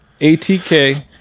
ATK